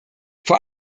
vor